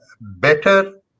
better